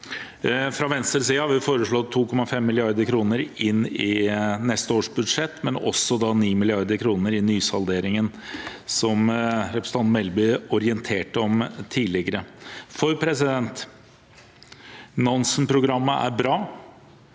Fra Venstres side har vi foreslått 2,5 mrd. kr inn i neste års budsjett, men også 9 mrd. kr i nysalderingen, som representanten Melby orienterte om tidligere. For Nansen-programmet er bra,